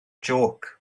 jôc